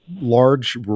large